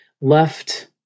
left